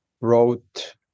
wrote